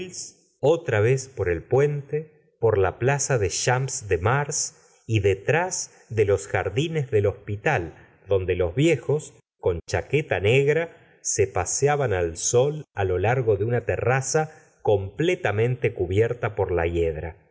otra vez por el puente por la plaza del champ de mars y detrás de los jardines del hospital donde los viejos con chaqueta negra se paseaban al sol á lo largo de una terraza completamente cubierta por la yedra